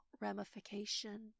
ramification